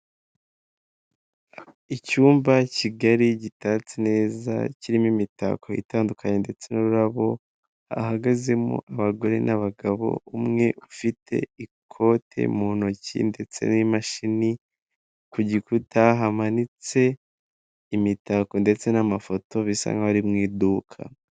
Icyumba kigari gitatse neza kirimo imitako itandukanye ndetse n'ururabo. hahagazemo abagore n'abagabo umwe ufite ikote mu ntoki ndetse n'imashini, ku gikuta hamanitse imitako ndetse n'amafoto bisa nkaho ari mu iduka.